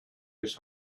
his